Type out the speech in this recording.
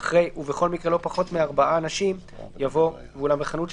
(תיקון מס'